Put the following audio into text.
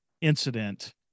incident